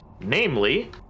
Namely